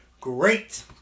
great